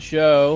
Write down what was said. Show